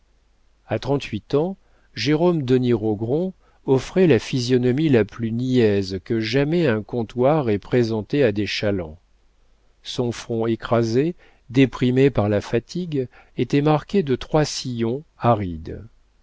a trente-huit ans jérôme denis rogron offrait la physionomie la plus niaise que jamais un comptoir ait présentée à des chalands son front écrasé déprimé par la fatigue était marqué de trois sillons arides